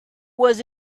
was